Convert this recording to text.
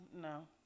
no